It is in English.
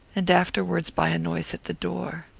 and afterwards by a noise at the door.